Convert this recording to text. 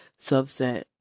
subset